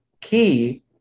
key